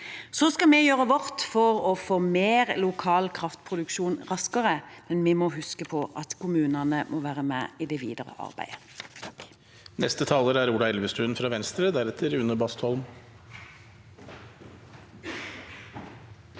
Vi skal gjøre vårt for å få mer lokal kraftproduksjon raskere, men vi må huske på at kommunene må være med i det videre arbeidet.